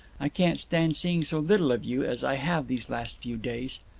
i can't stand seeing so little of you as i have these last few days.